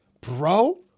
Bro